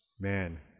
man